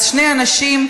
אז שני אנשים,